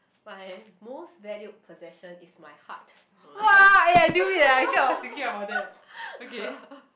my most valued possession is my heart no lah